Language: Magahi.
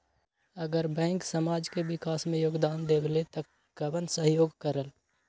अगर बैंक समाज के विकास मे योगदान देबले त कबन सहयोग करल?